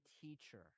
teacher